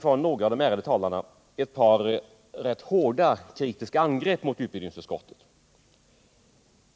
Från några av de ärade talarna har det riktats ett par rätt hårda kritiska angrepp mot utbildningsutskottet.